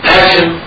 action